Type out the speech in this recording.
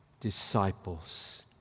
disciples